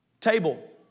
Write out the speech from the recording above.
Table